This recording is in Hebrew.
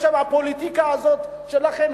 בשם הפוליטיקה הזאת שלכם,